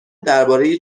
درباره